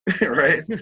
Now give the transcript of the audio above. right